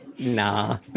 Nah